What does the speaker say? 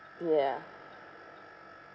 ya